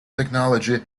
technology